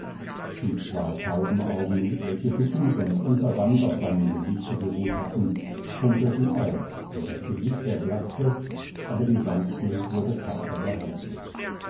die zwei taubenaugen welche bittend und unverwandt auf seinem gesichte geruht hatten funkelten auf und das gesicht erblaßte aber die sanftmut wurde tapfer behauptet